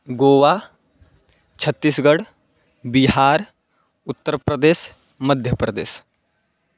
गोवा छत्तिस्गड् बिहार् उत्तरप्रदेशः मध्यप्रदेशः